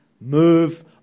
Move